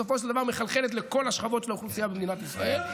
שבסופו של דבר מחלחלת לכל השכבות של האוכלוסייה במדינת ישראל.